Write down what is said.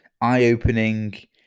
eye-opening